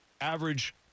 average